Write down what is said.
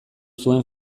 zuen